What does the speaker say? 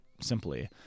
simply